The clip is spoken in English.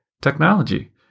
Technology